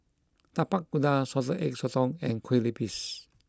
Tapak Kuda Salted Egg Sotong and Kueh Lupis